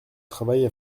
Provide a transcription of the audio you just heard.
travaille